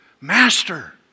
Master